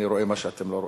אני רואה מה שאתם לא רואים.